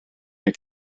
wnei